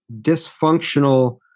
dysfunctional